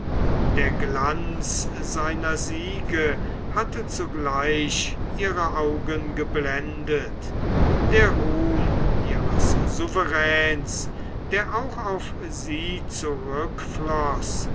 der glanz seiner siege hatte zugleich ihre augen geblendet der ruhm ihres souveräns der auch auf sie zurückfloß